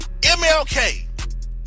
MLK